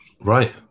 Right